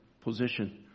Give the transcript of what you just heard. position